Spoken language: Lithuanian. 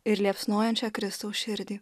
ir liepsnojančią kristaus širdį